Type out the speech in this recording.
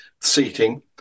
seating